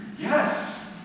Yes